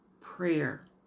prayer